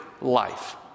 life